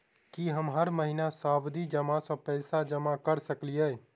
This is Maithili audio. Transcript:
की हम हर महीना सावधि जमा सँ पैसा जमा करऽ सकलिये?